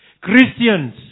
Christians